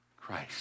Christ